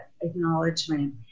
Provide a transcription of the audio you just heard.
acknowledgement